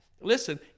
listen